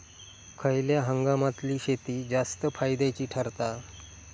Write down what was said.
खयल्या हंगामातली शेती जास्त फायद्याची ठरता?